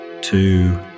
two